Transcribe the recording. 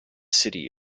city